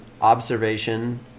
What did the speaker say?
observation